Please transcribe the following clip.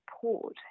support